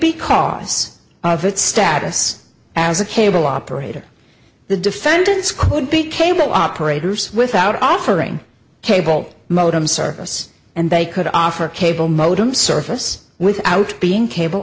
because of its status as a cable operator the defendants could be cable operators without offering cable modem service and they could offer a cable modem surface without being cable